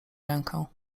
rękę